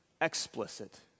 explicit